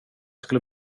skulle